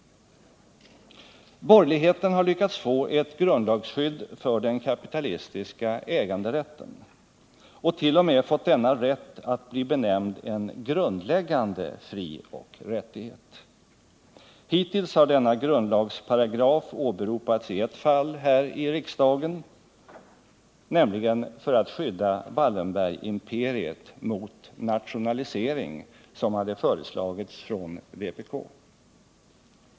Borgerligheten har lyckats få ett grundlagsskydd för den kapitalistiska äganderätten och t.o.m. fått denna rätt att bli benämnd en grundläggande frioch rättighet. Hittills har denna grundlagsparagraf åberopats i ett fall här i riksdagen, nämligen för att skydda Wallenbergsimperiet mot nationalisering, vilket hade föreslagits av vpk.